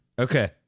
Okay